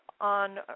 on